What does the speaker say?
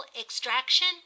extraction